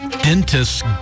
dentists